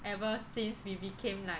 ever since we became like